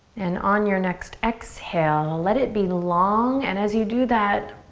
and on your next exhale, let it be long and as you do that,